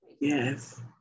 Yes